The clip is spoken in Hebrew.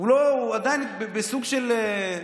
הוא עדיין בסוג של,